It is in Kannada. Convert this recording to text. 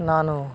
ನಾನು